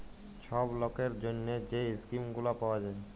ছব লকের জ্যনহে যে ইস্কিম গুলা পাউয়া যায়